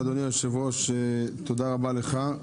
אדוני היושב-ראש, תודה רבה לך.